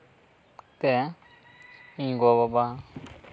ᱛᱮ ᱤᱧ ᱜᱚ ᱵᱟᱵᱟ